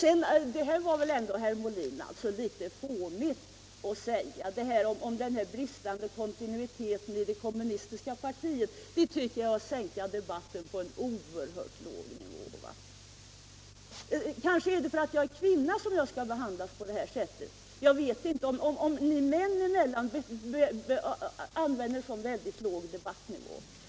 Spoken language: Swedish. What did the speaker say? Sedan var det väl ändå, herr Molin, litet fånigt att tala om den bristande kontinuiteten i det kommunistiska partiet. Det tycker jag var att sänka debatten till en oerhört låg nivå. Kanske är det för att jag är kvinna som jag skall behandlas på det sättet. Jag vet inte om man män emellan använder en så låg debattnivå.